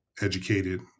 educated